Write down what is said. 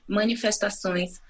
manifestações